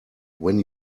when